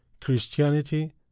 christianity